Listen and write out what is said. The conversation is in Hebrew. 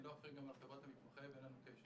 אני לא אחראי גם לחברת "המתמחה", ואין לנו קשר.